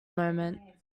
moment